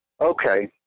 okay